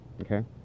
Okay